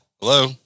Hello